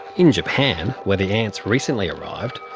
in japan where the ants recently arrived,